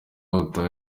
batandukanye